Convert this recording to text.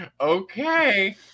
okay